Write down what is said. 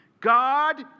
God